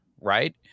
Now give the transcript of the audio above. Right